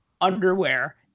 underwear